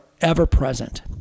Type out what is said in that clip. ever-present